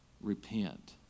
Repent